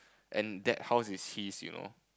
and that house is his you know